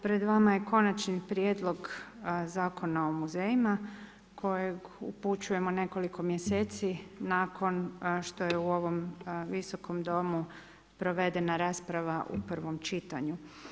Pred vama je konačni prijedlog Zakona o muzejima kojeg upućujemo nekoliko mjeseci nakon što je u ovom visokom Domu provedena rasprava u prvom čitanju.